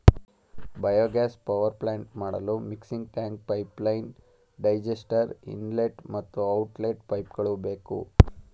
biogas power plant ಮಾಡಲು mixing tank, pipeline, digester, inlet ಮತ್ತು outlet ಪೈಪ್ಗಳು ಬೇಕು